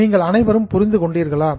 நீங்கள் அனைவரும் புரிந்து கொண்டீர்களா